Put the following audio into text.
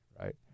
right